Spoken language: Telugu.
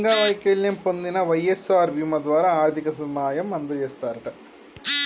అంగవైకల్యం పొందిన వై.ఎస్.ఆర్ బీమా ద్వారా ఆర్థిక సాయం అందజేస్తారట